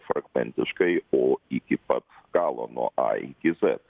fragmentiškai o iki pat galo nuo a iki z